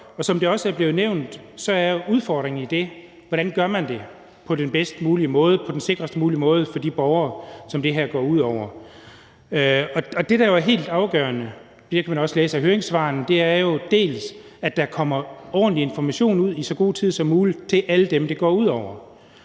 og som det også er blevet nævnt, er udfordringen i det, hvordan man gør det på den bedst mulige måde, på den sikrest mulige måde for de borgere, som det her går ud over. Det, der jo er helt afgørende, og det kan man også læse i høringssvarene, er, at der kommer ordentlig information ud i så god tid som muligt til alle dem, det går ud over,